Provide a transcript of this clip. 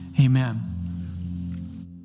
amen